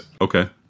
Okay